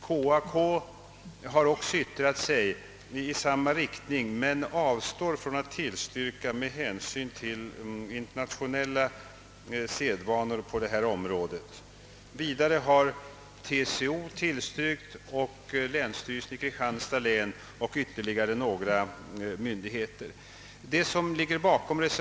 KAK har yttrat sig i samma riktning men avstått från att tillstyrka med hänsyn till internationell sed på området. TCO och länsstyrelsen i Kristianstads län plus ytterligare några myndigheter har även tillstyrkt.